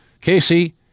Casey